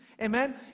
Amen